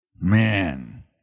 Man